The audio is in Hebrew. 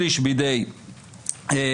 שליש בידי הסנאט,